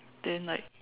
then like